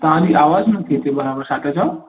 तव्हांजी आवाज़ु नथी अचे बराबरि छा था चओ